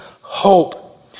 hope